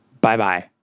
Bye-bye